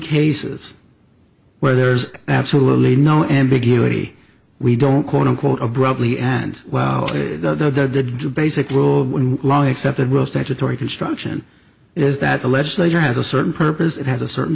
cases where there's absolutely no ambiguity we don't quote unquote abruptly end well the basic rule when law accepted rules that a tory construction is that the legislature has a certain purpose it has a certain